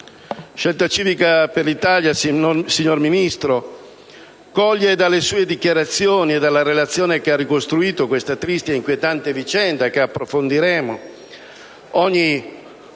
Scelta Civica per l'Italia, signor Ministro, coglie dalle sue dichiarazioni e dalla relazione che ha ricostruito questa triste ed inquietante vicenda, che approfondiremo, ogni spunto